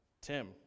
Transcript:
Tim